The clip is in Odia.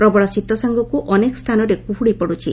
ପ୍ରବଳ ଶୀତ ସାଙ୍ଗକୁ ଅନେକ ସ୍ଚାନରେ କୁହୁଡ଼ି ପଡୁଛି